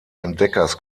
entdeckers